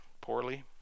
poorly